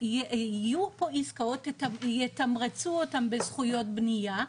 יהיו פה עסקאות, יתמרצו אותם בזכויות בנייה.